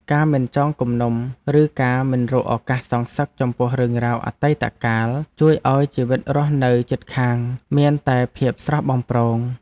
ការមិនចងគំនុំឬការមិនរកឱកាសសងសឹកចំពោះរឿងរ៉ាវអតីតកាលជួយឱ្យជីវិតរស់នៅជិតខាងមានតែភាពស្រស់បំព្រង។